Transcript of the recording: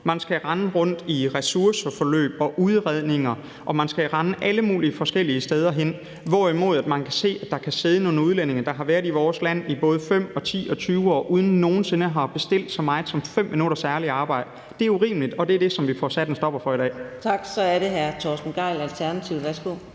man skal rende rundt til ressourceforløb og udredninger, og man skal rende alle mulige forskellige steder hen, hvorimod man kan se, at der kan sidde nogle udlændinge, der har været i vores land i både 5 og 10 og 20 år uden nogen sinde at have bestilt så meget som 5 minutters ærligt arbejde. Det er urimeligt, og det er det, som vi får sat en stopper for i dag. Kl. 15:46 Anden næstformand (Karina Adsbøl): Tak.